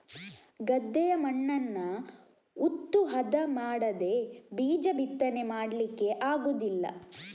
ಗದ್ದೆಯ ಮಣ್ಣನ್ನ ಉತ್ತು ಹದ ಮಾಡದೇ ಬೀಜ ಬಿತ್ತನೆ ಮಾಡ್ಲಿಕ್ಕೆ ಆಗುದಿಲ್ಲ